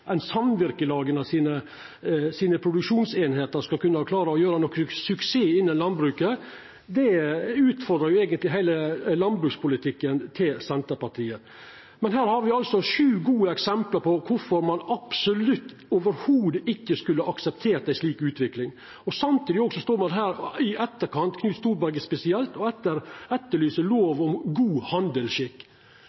samvirkelaga sine produksjonseiningar skal kunna klara å gjera suksess innan landbruket. Det utfordrar eigentleg heile landbrukspolitikken til Senterpartiet. Men her har me altså sju gode eksempel på kvifor ein absolutt ikkje skulle akseptert ei slik utvikling. Samtidig står ein her i etterkant – Knut Storberget spesielt – og etterlyser